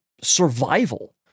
survival